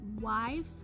wife